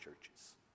churches